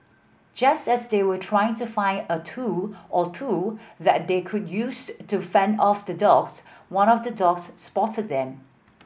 just as they were trying to find a tool or two that they could use to fend off the dogs one of the dogs spotted them